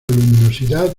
luminosidad